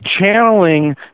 channeling